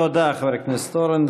תודה, חבר הכנסת אורן.